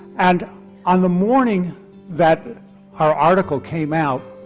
and on the morning that our article came out